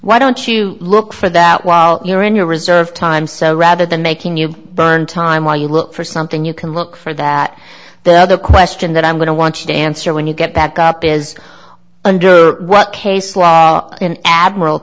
why don't you look for that while you're in your reserved time so rather than making you burn time while you look for something you can look for that the other question that i'm going to want to answer when you get back up is all under what case law in admiral